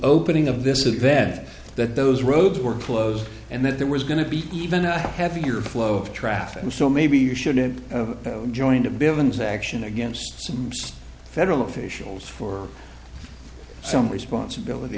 opening of this event that those roads were closed and that there was going to be even a heavier flow of traffic and so maybe you shouldn't joined a bit of an action against some federal officials for some responsibility